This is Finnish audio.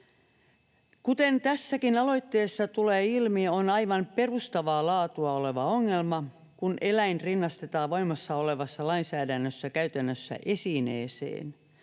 Kuten tässäkin aloitteessa tulee ilmi, on aivan perustavaa laatua oleva ongelma, kun eläin käytännössä rinnastetaan voimassa olevassa lainsäädännössä esineeseen,